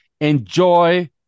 Enjoy